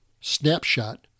snapshot